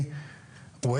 ממש שלבים התחלתיים,